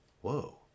whoa